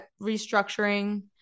restructuring